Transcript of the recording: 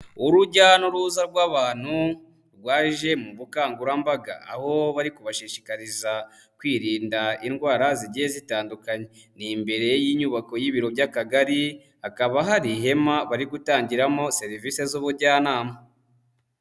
Urujya n'uruza rw'abantu rwaje mu bukangurambaga, aho bari kubashishikariza kwirinda indwara zigiye zitandukanye. Ni imbere y'inyubako y'ibiro by'akagari, hakaba hari ihema bari gutangiramo serivise z'ubujyanama.